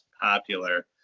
popular